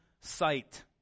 sight